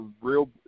real